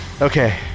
Okay